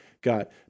got